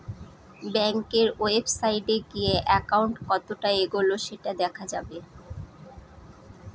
ব্যাঙ্কের ওয়েবসাইটে গিয়ে একাউন্ট কতটা এগোলো সেটা দেখা যাবে